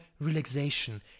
relaxation